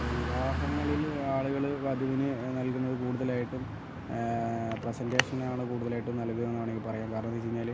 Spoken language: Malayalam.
ഇപ്പം വിവാഹങ്ങളില് ആളുകള് വധുവിന് നൽകുന്നത് കൂടുതലായിട്ടും പ്രസന്റേഷനാണ് കൂടുതലായിട്ടും നൽകുന്നതെന്ന് വേണമെങ്കിൽ പറയാം കാരണം എന്തെന്ന് വെച്ച് കഴിഞ്ഞാല്